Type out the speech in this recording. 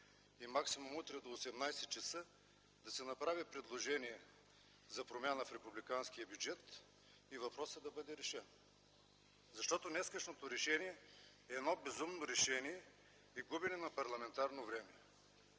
и максимум утре до 18,00 ч. да се направи предложение за промяна в републиканския бюджет и въпросът да бъде решен. Днешното решение е едно безумно решение и губене на парламентарно време.